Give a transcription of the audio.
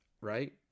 right